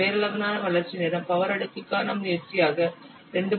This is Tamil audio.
பெயரளவிலான வளர்ச்சி நேரம் பவர் அடுக்குக்கான முயற்சியாக 2